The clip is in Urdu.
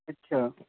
اچھا